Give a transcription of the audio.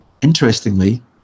interestingly